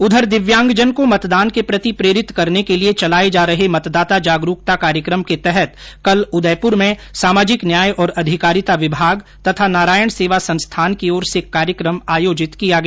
उधर दिव्यांगजन को मतदान के लिए प्रेरित करने के लिए चलाए जा रहे मतदाता जागरूकता कार्यक्रम के तहत कल उदयपुर में सामाजिक न्याय और अधिकारिता विभाग तथा नारायण सेवा संस्थान की ओर से एक कार्यक्रम आयोजित किया गया